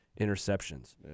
interceptions